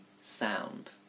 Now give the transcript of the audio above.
sound